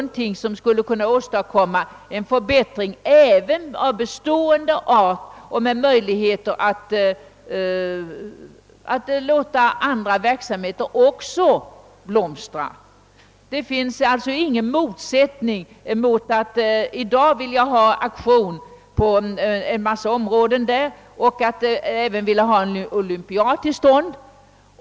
Man skulle alltså kunna åstadkomma en förbättring av bestående art och med möj ligheter att låta också andra verksamheter blomstra. Det finns alltså ingen motsättning mot att i dag vilja ha aktion på en massa områden och att även vilja ha en olympiad till stånd.